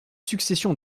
succession